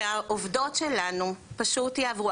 שהעובדות שלנו פשוט יעברו,